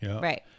Right